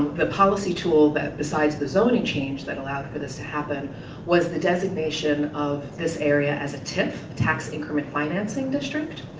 the policy tool that decides the zoning change that allowed for this to happen was the designation of this area as a tif, tax increment financing, district.